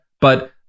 But-